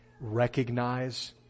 recognize